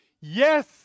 Yes